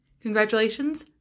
Congratulations